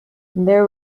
there